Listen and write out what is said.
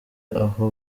aho